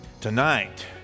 Tonight